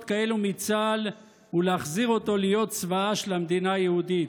כאלה מצה"ל ולהחזיר אותו להיות צבאה של המדינה היהודית.